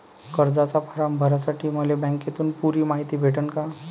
कर्जाचा फारम भरासाठी मले बँकेतून पुरी मायती भेटन का?